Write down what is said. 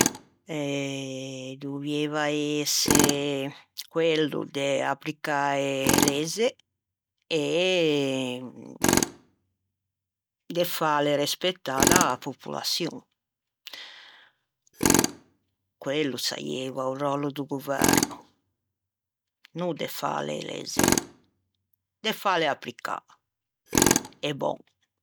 Dovieiva ëse quello de applicâ e lezze e de fâle respettâ da-a popolaçion. Quello o saieiva o ròllo do governo, no de fâle e lezze, de fâ applicâ e bon.